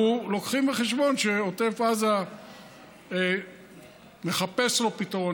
אנחנו מביאים בחשבון שלעוטף עזה נחפש פתרון,